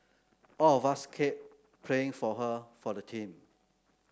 all of us kept praying for her for the team